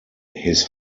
his